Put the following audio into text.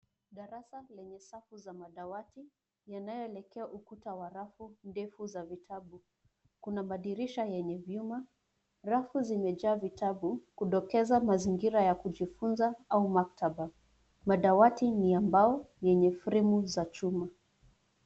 Darasa lenye safu za madawati yanayoelekea ukuta wa rafu ndefu za vitabu. Kuna madirisha yenye vyuma. Rafu zimejaa vitabu kudokeza mazingira ya kujifunza au maktaba. Madawati ni ya mbao yenye fremu za chuma.